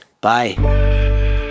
bye